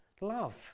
love